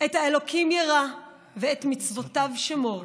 את האלוקים ירא ואת מצוֹתיו שמור